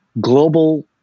global